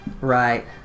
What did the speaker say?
Right